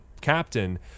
captain